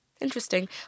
interesting